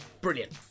Brilliant